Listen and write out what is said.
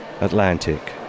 Atlantic